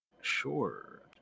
Sure